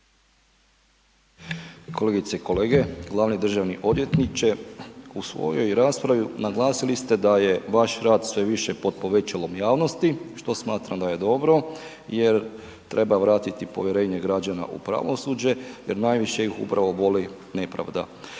Kolegice i kolege, glavni državni odvjetniče. U svojoj raspravi naglasili ste da je vaš rad sve više pod povećalom javnosti što smatram da je dobro jer treba vratiti povjerenje građana u pravosuđe jer najviše ih upravo boli nepravda.